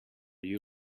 you